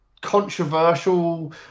controversial